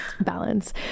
balance